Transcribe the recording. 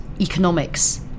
economics